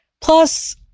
plus